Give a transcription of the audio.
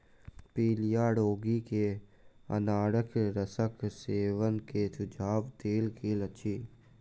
पीलिया रोगी के अनारक रसक सेवन के सुझाव देल गेल अछि